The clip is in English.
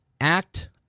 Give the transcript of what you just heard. act